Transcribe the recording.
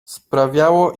sprawiało